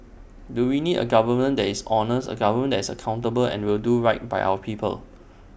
do we need A government that is honest A government that is accountable and will do right by our people